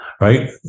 Right